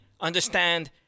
Understand